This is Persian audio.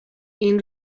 این